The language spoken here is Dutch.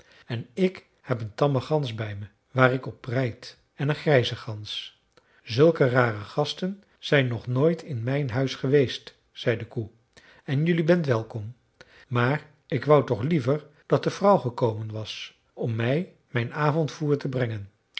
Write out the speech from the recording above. en ik heb een tamme gans bij me waar ik op rijd en een grijze gans zulke rare gasten zijn nog nooit in mijn huis geweest zei de koe en jelui bent welkom maar ik wou toch liever dat de vrouw gekomen was om mij mijn avondvoer te brengen